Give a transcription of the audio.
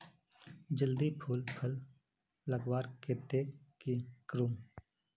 जल्दी फूल फल लगवार केते की करूम?